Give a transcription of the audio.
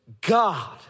god